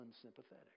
unsympathetic